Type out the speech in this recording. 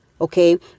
okay